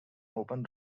open